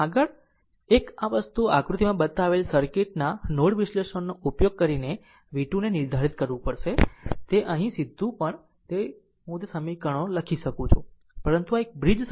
આગળ એક આ વસ્તુ આકૃતિમાં બતાવેલ સર્કિટના નોડ વિશ્લેષણનો ઉપયોગ કરીને v2 ને નિર્ધારિત કરવું તે અહીં સીધું પણ હું તે સમીકરણો લખી શકું છું પરંતુ આ એક બ્રિજ સર્કિટ છે